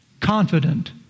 confident